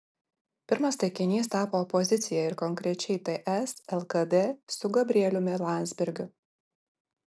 pirmas taikinys tapo opozicija ir konkrečiai ts lkd su gabrieliumi landsbergiu